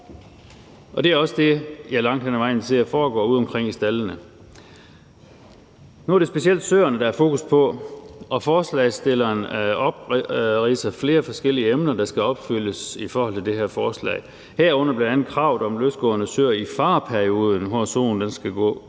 Det er også det, jeg langt hen ad vejen ser at der foregår udeomkring i staldene. Nu er det specielt søerne, der er fokus på, og forslagsstilleren opridser flere forskellige krav, der skal opfyldes, i forhold til det her forslag, herunder bl.a. kravet om løsgående søer i fareperioden, hvor soen skal gå